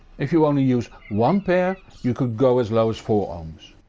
if you only use one pair you could go as low as four ohms.